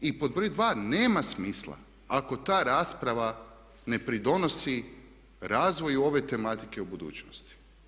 I pod broj dva nema smisla ako ta rasprava ne pridonosi razvoju ove tematike u budućnosti.